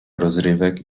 rozrywek